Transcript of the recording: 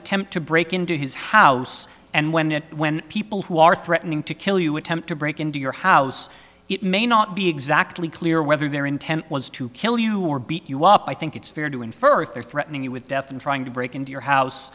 attempt to break into his house and when it when people who are threatening to kill you attempt to break into your house it may not be exactly clear whether their intent was to kill you or beat you up i think it's fair to infer if they're threatening you with death and trying to break into your house